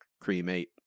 cremate